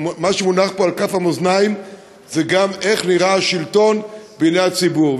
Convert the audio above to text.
מה שמונח פה על כף המאזניים הוא גם איך נראה השלטון בעיני הציבור.